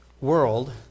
world